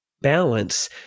balance